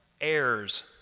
heirs